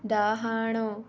ଡାହାଣ